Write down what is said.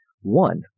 One